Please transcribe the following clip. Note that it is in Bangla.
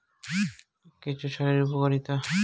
কেঁচো সারের উপকারিতা?